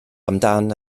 amdan